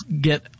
get